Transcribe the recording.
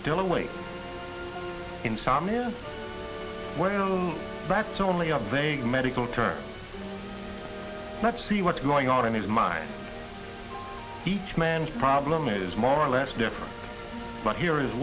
still awake insomnia that's only a vague medical term let's see what's going on in his mind each man's problem is more or less different but here is